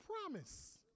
promise